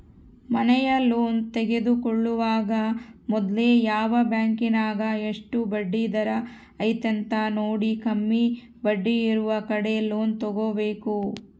ಮನೆಯ ಲೋನ್ ತೆಗೆದುಕೊಳ್ಳುವಾಗ ಮೊದ್ಲು ಯಾವ ಬ್ಯಾಂಕಿನಗ ಎಷ್ಟು ಬಡ್ಡಿದರ ಐತೆಂತ ನೋಡಿ, ಕಮ್ಮಿ ಬಡ್ಡಿಯಿರುವ ಕಡೆ ಲೋನ್ ತಗೊಬೇಕು